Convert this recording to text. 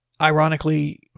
Ironically